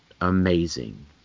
amazing